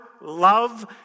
love